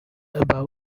above